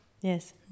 Yes